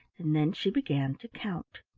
and then she began to count.